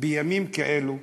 בימים כאלו,